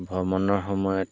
ভ্ৰমণৰ সময়ত